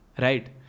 right